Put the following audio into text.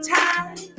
time